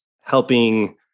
helping